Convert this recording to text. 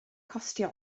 costio